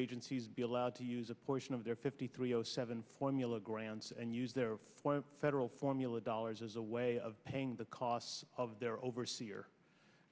agencies be allowed to use a portion of their fifty three zero seven point zero grants and use their federal formula dollars as a way of paying the costs of their overseer